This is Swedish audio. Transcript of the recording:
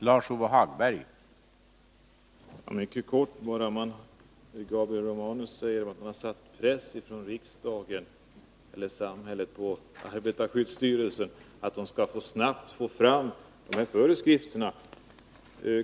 Herr talman! Jag skall fatta mig mycket kort. Gabriel Romanus säger att samhället har satt press på arbetarskyddsstyrelsen för att snabbt få fram föreskrifterna.